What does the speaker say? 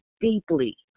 deeply